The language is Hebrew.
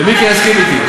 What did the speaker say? ומיקי יסכים אתי.